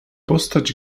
postać